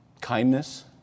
kindness